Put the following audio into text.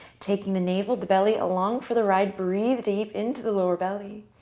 taking the navel, the belly, along for the ride. breathe deep into the lower belly.